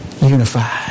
unified